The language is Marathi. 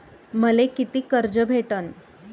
मले कितीक कर्ज भेटन?